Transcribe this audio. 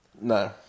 no